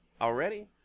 already